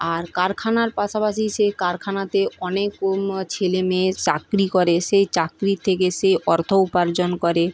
আর কারখানার পাশাপাশি সেই কারখানাতে অনেক অন্য ছেলে মেয়ে চাকরি করে সেই চাকরির থেকে সে অর্থ উপার্জন করে